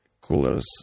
coolers